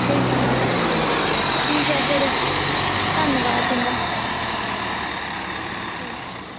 कोई गल्ल निं ठीक ऐ फिर धन्नबाद तुंदा ठीक